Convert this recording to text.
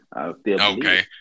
Okay